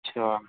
اچھا